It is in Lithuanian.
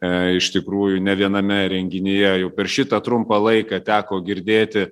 e iš tikrųjų ne viename renginyje jau per šitą trumpą laiką teko girdėti